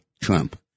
Trump